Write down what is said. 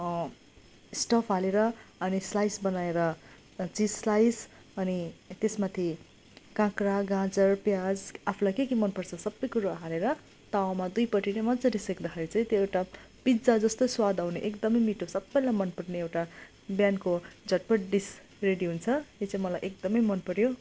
stuff हालेर अनि slice बनाएर र चिज स्लाइस अनि त्यस माथि काँक्रा गाजर प्याज आफूलाई के के मन पर्छ सबै कुरो हालेर तावामा दुइपट्टि नै मजाले सेक्दाखेरि चाहिँ त्यो एउटा पिज्जा जस्तो स्वाद आउने एकदमै मिठो सबैलाई मन पर्ने एउटा बिहानको झटपट डिस रेडी हुन्छ त्यो चाहिँ मलाई एकदमै मन पऱ्यो